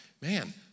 man